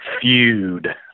feud